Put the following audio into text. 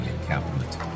encampment